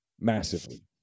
Massively